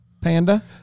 Panda